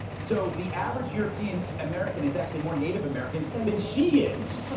so the average european-american is actually more native american than she is.